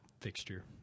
fixture